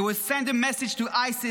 It would send a message to ISIS,